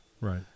Right